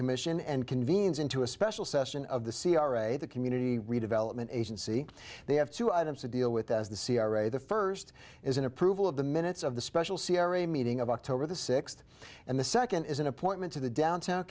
commission and convenes into a special session of the c r a the community redevelopment agency they have two items to deal with as the c r a the first is an approval of the minutes of the special c r a meeting of october the sixth and the second is an appointment to the downtown